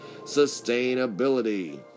sustainability